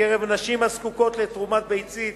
בקרב נשים הזקוקות לתרומת ביצית